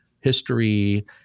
history